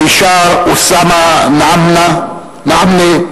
מישר אוסאמה נעאמנה,